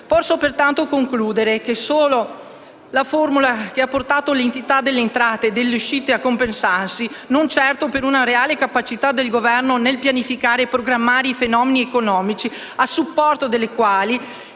Posso pertanto concludere che solo la fortuna ha portato l'entità delle entrate e delle uscite a compensarsi, non certo per una reale capacità del Governo nel pianificare e programmare i fenomeni economici a supporto delle reali